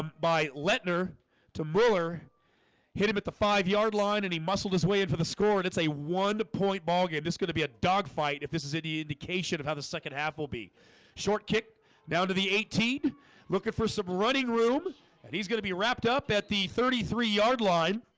by letner to miller hit him at the five yard line and he muscled his way in for the score and it's a one-point ballgame this could be a dogfight if this is any indication of how the second half will be short kick down to the eighteen looking for some running room and he's gonna be wrapped up at the thirty three yard line